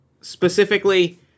specifically